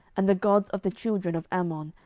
and the gods of the children of ammon,